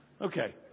Okay